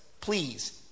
please